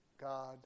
God